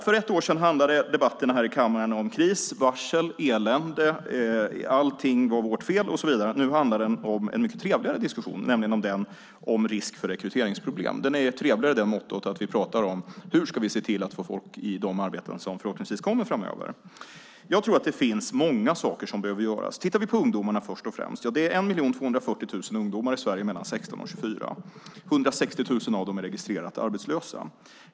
För ett år sedan handlade debatterna här i kammaren om kris, varsel och elände. Allting var vårt fel och så vidare. Nu är det en mycket trevligare diskussion, nämligen den om risk för rekryteringsproblem. Den är trevligare i så motto att vi pratar om hur vi ska se till att få folk i de arbeten som förhoppningsvis kommer framöver. Jag tror att det finns många saker som behöver göras. Vi kan först och främst titta på ungdomarna. Det är 1 240 000 ungdomar i Sverige mellan 16 och 24 år. 160 000 av dem är registrerat arbetslösa.